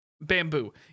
bamboo